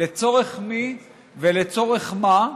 לצורך מי ולצורך מה?